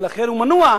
ולכן הוא מנוע,